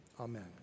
Amen